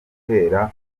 guhera